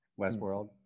Westworld